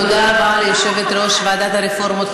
תודה רבה ליושבת-ראש ועדת הרפורמות,